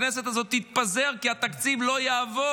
הכנסת הזאת תתפזר כי התקציב לא יעבור.